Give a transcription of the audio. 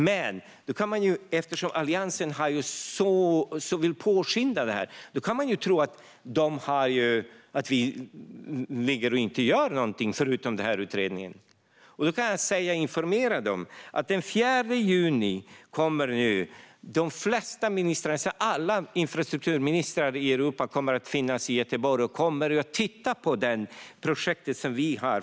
Men eftersom Alliansen vill skynda på detta kan man tro att vi sitter och inte gör något bortsett från denna utredning. Jag kan då informera om att de flesta infrastrukturministrar i Europa den 4 juni kommer att finnas i Göteborg för att titta på det projekt vi har.